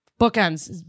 Bookends